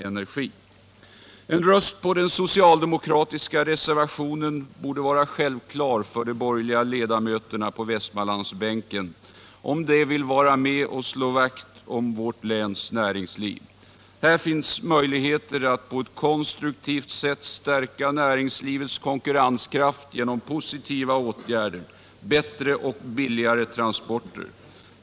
En röst på den socialdemokratiska reservationen borde vara självklar för de borgerliga ledamöterna på Västmanlandsbänken, om de vill vara med och slå vakt om vårt läns näringsliv. Här finns en möjlighet att på ett konstruktivt sätt stärka näringslivets konkurrenskraft genom positiva åtgärder — bättre och billigare transporter.